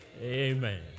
Amen